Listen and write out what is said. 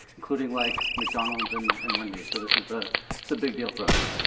including like mcdonald's and and wendy's. so this is a so big deal for us.